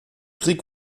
krieg